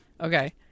okay